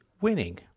winning